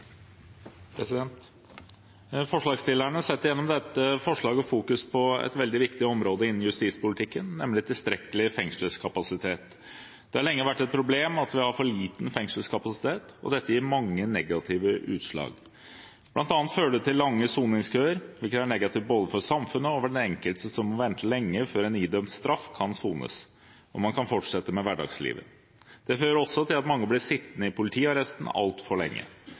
Forslagsstillerne fokuserer gjennom dette forslaget på et veldig viktig område innenfor justispolitikken, nemlig tilstrekkelig fengselskapasitet. Det har lenge vært et problem at vi har for liten fengselskapasitet, og det gir seg mange negative utslag – bl.a. fører det til lange soningskøer, hvilket er negativt både for samfunnet og for den enkelte, som må vente lenge før en idømt straff kan sones og man kan fortsette med hverdagslivet. Det fører også til at mange blir sittende i politiarresten altfor lenge.